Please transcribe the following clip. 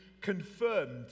confirmed